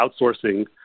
outsourcing